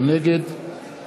נגד